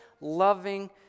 loving